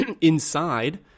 inside